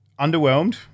underwhelmed